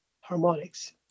harmonics